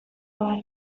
abar